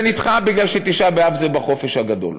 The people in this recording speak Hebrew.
זה נדחה בגלל שתשעה באב זה בחופש הגדול,